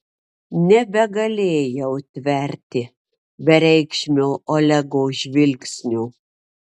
nebegalėjau tverti bereikšmio olego žvilgsnio